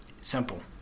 Simple